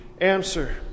answer